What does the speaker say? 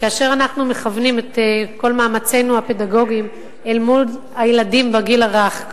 כאשר אנחנו מכוונים את כל מאמצינו הפדגוגיים אל מול הילדים בגיל הרך,